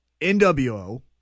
NWO